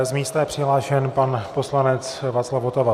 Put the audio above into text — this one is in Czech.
Z místa je přihlášen pan poslanec Václav Votava.